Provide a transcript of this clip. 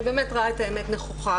שבאמת ראה את האמת נכוחה,